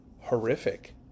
horrific